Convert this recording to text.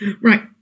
Right